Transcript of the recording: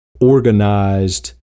organized